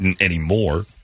anymore